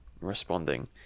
responding